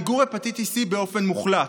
מיגור הפטיטיס C באופן מוחלט.